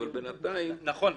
אבל בינתיים --- נכון,